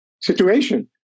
situation